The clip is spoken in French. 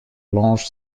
longe